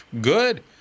good